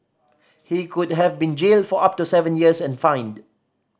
he could have been jailed for up to seven years and fined